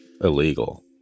illegal